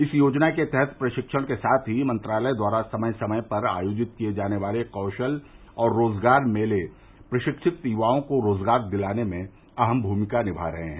इस योजना के तहत प्रशिक्षण के साथ ही मंत्रालय द्वारा समय समय पर आयोजित किए जाने वाले कौशल और रोजगार मेले प्रशिक्षित युवाओं को रोजगार दिलाने में अहम भूमिका निभा रहे हैं